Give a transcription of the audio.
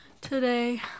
Today